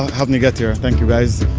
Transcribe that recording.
helped me get here. thank you guys.